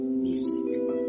music